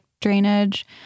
drainage